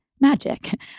magic